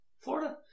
Florida